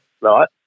Right